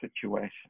situation